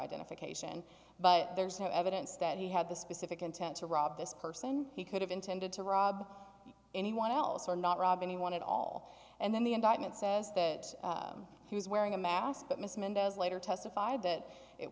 identification but there's no evidence that he had the specific intent to rob this person he could have intended to rob anyone else or not rob anyone at all and then the indictment says that he was wearing a mask but miss mendez later testified that it